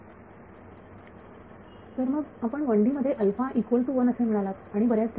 विद्यार्थी तर मग आपण 1D मध्ये अल्फा इक्वल टू वन असे म्हणालात आणि बऱ्याचदा